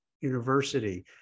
university